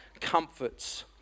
comforts